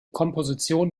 komposition